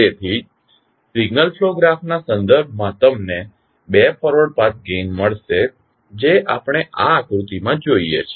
તેથી signal flow ગ્રાફના સંદર્ભમાં તમને બે ફોરવર્ડ પાથ ગેઇન મળશે જે આપણે આ આકૃતિમાં જોઇએ છીએ